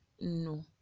no